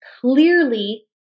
clearly